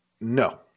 No